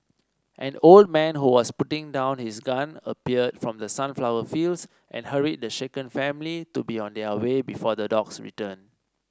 an old man who was putting down his gun appeared from the sunflower fields and hurried the shaken family to be on their way before the dogs return